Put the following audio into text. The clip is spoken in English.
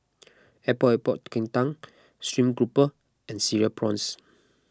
Epok Epok Kentang Stream Grouper and Cereal Prawns